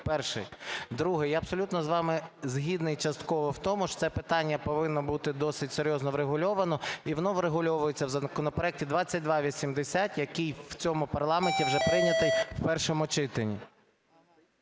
Перше. Друге. Я абсолютно з вами згідний частково в тому, що це питання повинно бути досить серйозно врегульовано і воно врегульовується в законопроекті 2280, який в цьому парламенті вже прийнятий в першому читанні.